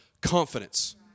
confidence